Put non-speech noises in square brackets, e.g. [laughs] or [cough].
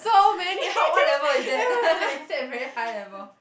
[laughs] wait how what level is that [laughs] is that very high level